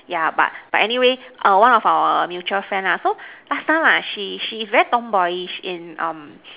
yeah but but anyway err one of our mutual friend lah so last time lah she she is very tomboyish in um